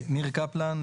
ניר קפלן,